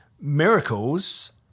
Miracles